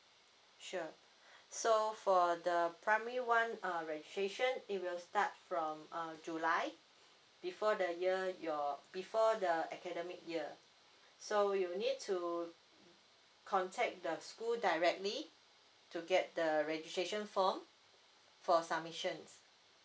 sure so for the primary one uh registration it will start from uh july before the year your before the academic year so you need to contact the school directly to get the registration form for submissions